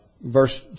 verse